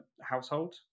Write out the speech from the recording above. household